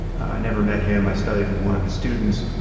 i never met him. i studied with one of his students.